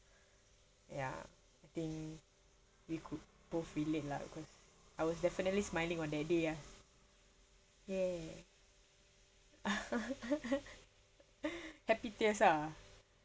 ya I think you could both relate lah cause I was definitely smiling on that day ah !yay! happy tears ah